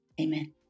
Amen